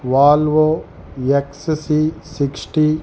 Volvo XC sixty